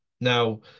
Now